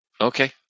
okay